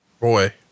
Boy